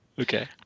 Okay